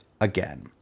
again